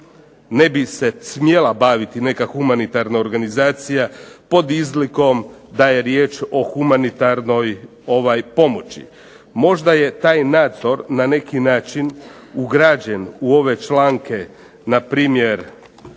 ne bi se smjela baviti neka humanitarna organizacija pod izlikom da je riječ o humanitarnoj pomoći. Možda je taj nadzor na neki način ugrađen u ove članke npr.